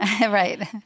right